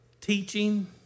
Teaching